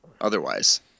otherwise